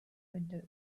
windows